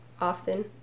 often